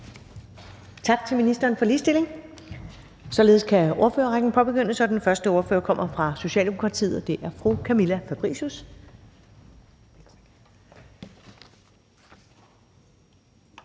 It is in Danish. Tak til ministeren for ligestilling. Således kan ordførerrækken påbegyndes, og den første ordfører kommer fra Socialdemokratiet, og det er fru Camilla Fabricius.